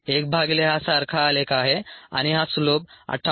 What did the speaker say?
1 भागिले हा सारखा आलेख आहे आणि हा स्लोप 58